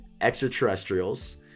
extraterrestrials